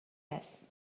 است